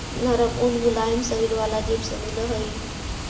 नरम ऊन मुलायम शरीर वाला जीव से मिलऽ हई